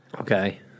Okay